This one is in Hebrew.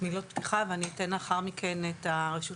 מילות פתיחה ואני אתן לאחר מכן את רשות